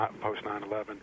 post-9-11